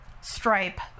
Stripe